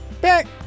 back